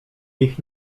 ich